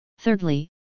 Thirdly